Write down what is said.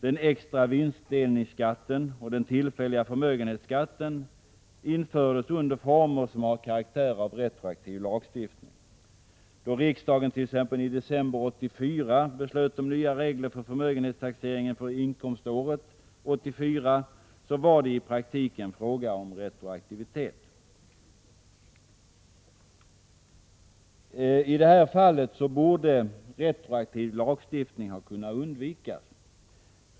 Den extra vinstdelningsskatten och den tillfälliga förmögenhetsskatten infördes under former som har karaktären av retroaktiv lagstiftning. Då riksdagen t.ex. i december 1984 beslöt om nya regler för förmögenhetstaxeringen för inkomståret 1984, var det i praktiken fråga om retroaktivitet. I det här fallet borde retroaktiv lagstiftning ha kunnat undvikas.